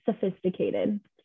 sophisticated